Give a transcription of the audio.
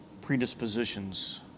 predispositions